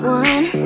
one